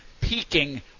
peaking